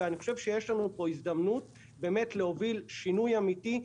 ואני חושב שיש לנו פה הזדמנות באמת להוביל שינוי אמיתי,